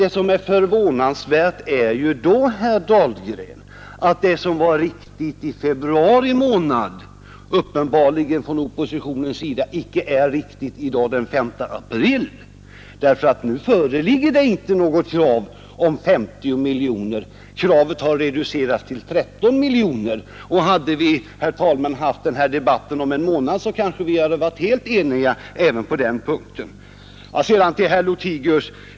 Det förvånansvärda är ju, herr Dahlgren, att det som var riktigt i februari månad uppenbarligen från oppositionens sida icke anses riktigt i dag, den 5 april. Nu föreligger inte något krav om 50 miljoner. Kravet har reducerats till 13 miljoner. Hade vi, herr talman, haft denna debatt om en månad, hade vi kanske varit helt eniga även på den punkten.